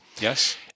Yes